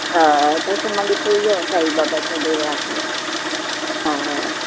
हय तशें मागीर तूं यो साईबाबाच्या देवळा कडेन हय हय